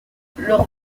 leur